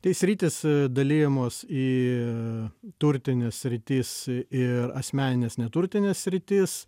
tai sritys dalijamos į turtines sritis ir asmenines neturtines sritis